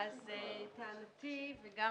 טענתי, וגם